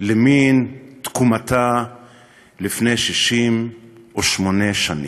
למן תקומתה לפני 68 שנים.